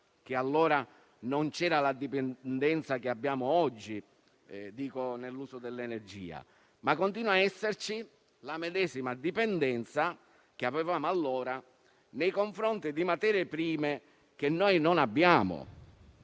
che allora non c'era la dipendenza che abbiamo oggi nell'uso dell'energia, ma continua a esserci la medesima dipendenza che avevamo allora nei confronti di materie prime che non possediamo,